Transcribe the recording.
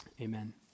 amen